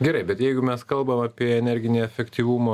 gerai bet jeigu mes kalbam apie energinį efektyvumą